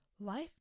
life